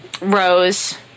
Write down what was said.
Rose